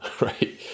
right